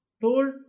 told